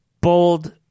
bold